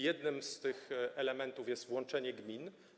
Jednym z elementów jest włączenie gmin.